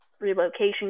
relocation